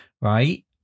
right